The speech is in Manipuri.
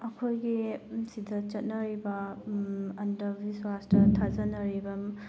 ꯑꯩꯈꯣꯏꯒꯤ ꯁꯤꯗ ꯆꯠꯅꯔꯤꯕ ꯑꯟꯗꯕꯤꯁ꯭ꯋꯥꯁꯇ ꯊꯥꯖꯅꯔꯤꯕ